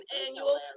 annual